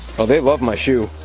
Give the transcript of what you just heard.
oh, they love my shoe.